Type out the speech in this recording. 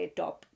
top